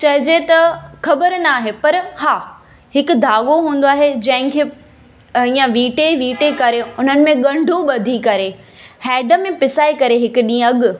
चइजे त ख़बरु नाहे पर हा हिकु धाॻो हूंदो आहे जंहिं खे ईअं वीटे वीटे करे उन्हनि में ॻंढूं ॿधी करे हैड में पिसाए करे हिकु ॾींहुं अॻु